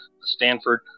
Stanford